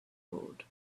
road